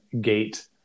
gate